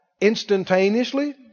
instantaneously